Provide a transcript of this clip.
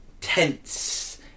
tense